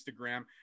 Instagram